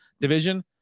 division